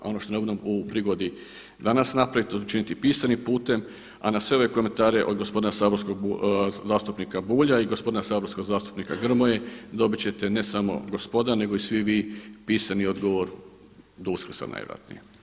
A ono što ne budem u prigodi danas napraviti, to ću učiniti pisanim putem, a na sve ove komentare od gospodina saborskog zastupnika Bulja i gospodina saborskog zastupnika Grmoje dobit ćete ne samo gospoda nego i svi vi pisani odgovor do Uskrsa najvjerojatnije.